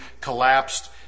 collapsed